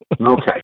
Okay